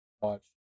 watch